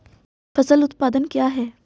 फसल उत्पादन क्या है?